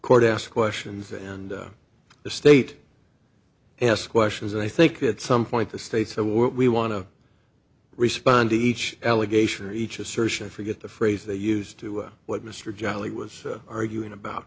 court ask questions and the state s question is i think at some point the state so we want to respond to each allegation or each assertion i forget the phrase they used to what mr jolly was arguing about